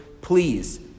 Please